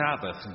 Sabbath